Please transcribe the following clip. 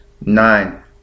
nine